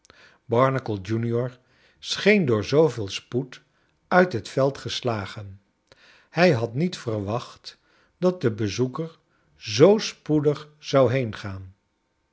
barnacle junior scheen door zooveel spoed uit het veld geslagen hij had niet verwacht dat de bezoeker zoo spoedig zou